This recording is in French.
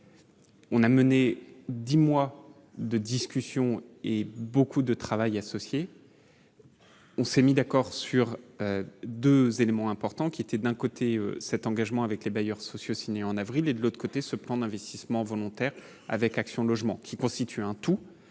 On a mené 10 mois de discussions et beaucoup de travail associés. On s'est mis d'accord sur 2 éléments importants qui étaient d'un côté, cet engagement avec les bailleurs sociaux, signé en avril et de l'autre côté, se prend d'investissement volontaire avec Action Logement qui constitue un tout